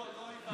לא, לא הבנתי.